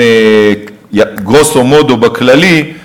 גרוסו מודו, בכללי,